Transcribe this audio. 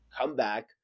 comeback